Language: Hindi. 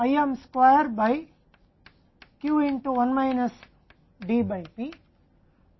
अब IM वर्ग 1 मिनट D से P में घटाकर पूरा वर्ग बन जाएगा